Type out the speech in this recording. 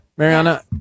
Mariana